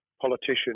politician